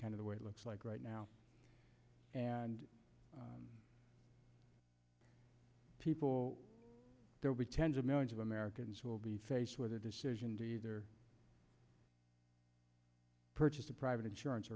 of the way it looks like right now and people there will be tens of millions of americans who will be faced with a decision to either purchase a private